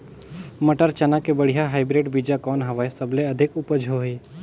मटर, चना के बढ़िया हाईब्रिड बीजा कौन हवय? सबले अधिक उपज होही?